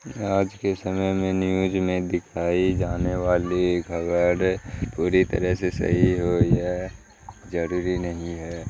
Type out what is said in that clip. آج کے سمے میں نیوج میں دکھائی جانے والی خبر پوری طرح سے صحیح ہو یہ ضروری نہیں ہے